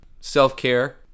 Self-care